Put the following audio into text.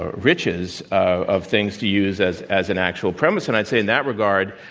riches of things to use as as an actual premise. and i'd say in that regard,